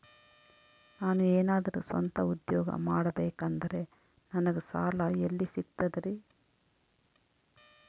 ನಾನು ಏನಾದರೂ ಸ್ವಂತ ಉದ್ಯೋಗ ಮಾಡಬೇಕಂದರೆ ನನಗ ಸಾಲ ಎಲ್ಲಿ ಸಿಗ್ತದರಿ?